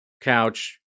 couch